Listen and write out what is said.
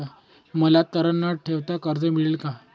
मला तारण न ठेवता कर्ज मिळेल का?